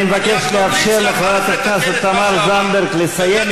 אני מבקש לאפשר לחברת הכנסת תמר זנדברג לסיים.